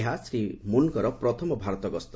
ଏହା ଶ୍ରୀ ମନଙ୍କୁର ପ୍ରଥମ ଭାରତ ଗସ୍ତ